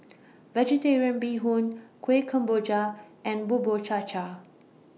Vegetarian Bee Hoon Kueh Kemboja and Bubur Cha Cha